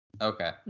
Okay